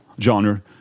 genre